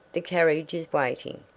the carriage is waiting.